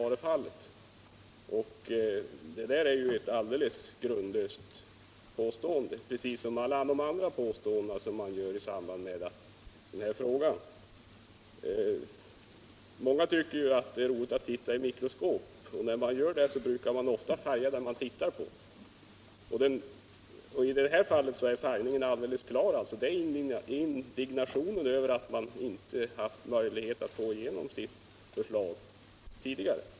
Det är ett alldeles grundlöst påstående, precis som alla andra påståenden man gör i samband med denna fråga. Många tycker att det är roligt att titta i mikroskop. När man gör det brukar man ofta färga det man tittar på och i detta fall är färgningen alldeles klar — det är indignationen över att man inte haft möjligheterna att få igenom sitt förslag tidigare.